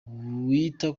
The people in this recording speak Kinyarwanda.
wita